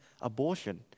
abortion